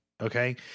Okay